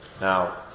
Now